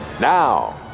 Now